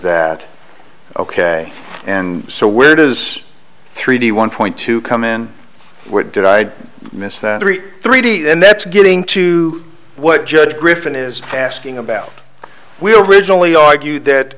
that ok and so where does three d one point two come in where did i miss that three three d then that's getting to what judge griffin is asking about we originally argued that